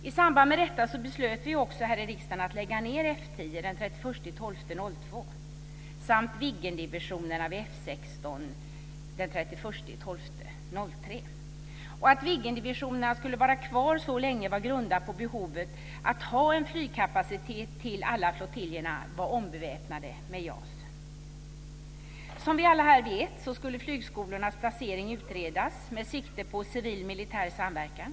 I samband med detta beslöt vi i riksdagen att lägga ned F 10 den 31 december 2002 samt Viggendivisionerna vid F 16 den 31 december 2003. Att Viggendivisionerna skulle vara kvar så pass länge var grundat på behovet att ha en flygkapacitet tills alla flottiljerna var ombeväpnade med JAS. Som vi alla här vet skulle flygskolornas placering utredas med sikte på civil eller militär samverkan.